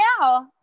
now